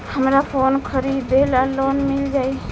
हमरा फोन खरीदे ला लोन मिल जायी?